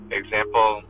example